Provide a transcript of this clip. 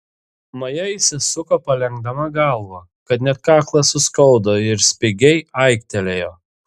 maja išsisuko palenkdama galvą kad net kaklą suskaudo ir spigiai aiktelėjo